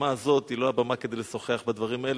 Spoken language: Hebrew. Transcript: הבמה הזאת היא לא הבמה כדי לשוחח על הדברים האלה,